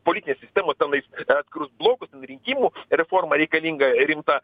politinę sistemą tenais atskirus blokus ten rinkimų reforma reikalinga rimta